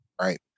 right